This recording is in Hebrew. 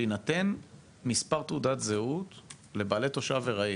שיינתן מספר תעודת זהות לבעלי תושב ארעי,